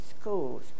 schools